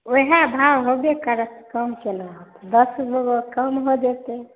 उएह भाव हेबै करत कम केना हैत दस गो कम भऽ जेतै